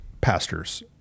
pastors